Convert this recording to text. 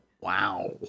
Wow